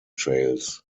trails